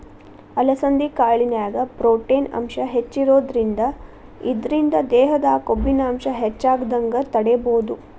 ಅಲಸಂಧಿ ಕಾಳಿನ್ಯಾಗ ಪ್ರೊಟೇನ್ ಅಂಶ ಹೆಚ್ಚಿರೋದ್ರಿಂದ ಇದ್ರಿಂದ ದೇಹದಾಗ ಕೊಬ್ಬಿನಾಂಶ ಹೆಚ್ಚಾಗದಂಗ ತಡೇಬೋದು